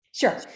Sure